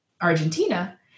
Argentina